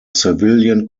civilian